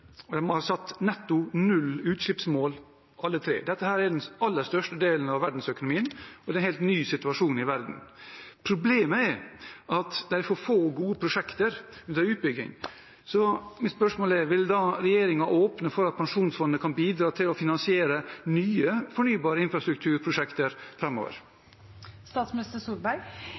og de har satt netto null utslippsmål alle tre. Dette er den aller største delen av verdensøkonomien, og det er en helt ny situasjon i verden. Problemet er at det er for få gode prosjekter under utbygging. Mitt spørsmål er: Vil regjeringen åpne for at pensjonsfondet kan bidra til å finansiere nye fornybar infrastrukturprosjekter